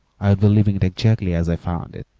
i would be leaving it exactly as i found it.